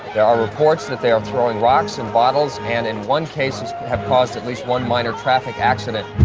there are reports that they are throwing rocks and bottles and, in one case, have caused at least one minor traffic accident.